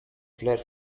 fled